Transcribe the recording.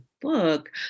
book